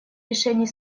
решений